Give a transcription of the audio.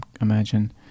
imagine